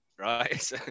right